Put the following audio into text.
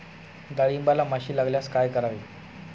डाळींबाला माशी लागल्यास काय करावे?